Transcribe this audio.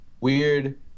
Weird